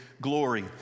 glory